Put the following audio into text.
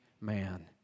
man